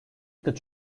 could